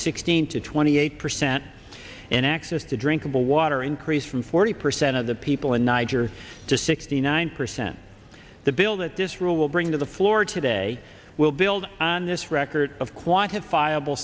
sixteen to twenty eight percent and access to drink of the water increased from forty percent of the people in niger to sixty nine percent the bill that this rule will bring to the floor today will build on this record of quantifiable